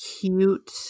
cute